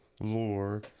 lore